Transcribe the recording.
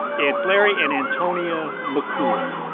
it's larry and antonia mccool.